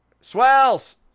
swells